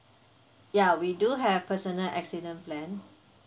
ya we do have personal accident plan